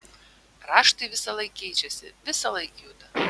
raštai visąlaik keičiasi visąlaik juda